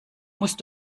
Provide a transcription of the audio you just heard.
musst